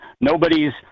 nobody's